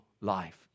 life